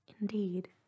Indeed